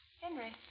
Henry